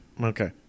Okay